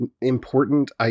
important